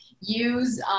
use